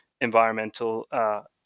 environmental